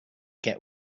get